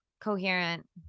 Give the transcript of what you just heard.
coherent